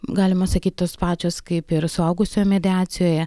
galima sakyti tos pačios kaip ir suaugusių mediacijoje